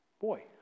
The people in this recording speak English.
boy